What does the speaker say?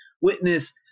witness